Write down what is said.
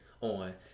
on